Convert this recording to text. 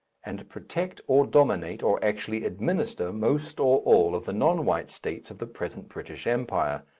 and protect or dominate or actually administer most or all of the non-white states of the present british empire,